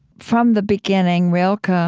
from the beginning, rilke, ah